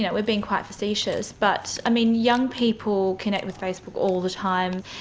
yeah we're being quite facetious, but, i mean, young people connect with facebook all the time.